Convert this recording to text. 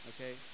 Okay